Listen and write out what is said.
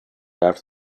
after